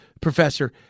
professor